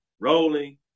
rolling